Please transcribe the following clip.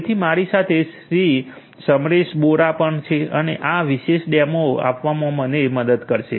તેથી મારી સાથે શ્રી સમરેશ બેરા પણ છે અને આ વિશેષ ડેમો આપવામાં મને મદદ કરશે